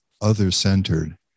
other-centered